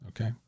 Okay